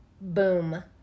Boom